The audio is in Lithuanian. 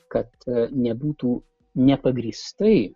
kad nebūtų nepagrįstai